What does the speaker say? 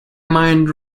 mind